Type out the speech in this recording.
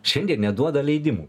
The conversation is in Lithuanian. šiandien neduoda leidimų